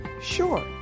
Sure